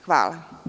Hvala.